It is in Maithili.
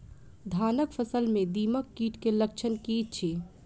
धानक फसल मे दीमक कीट केँ लक्षण की अछि?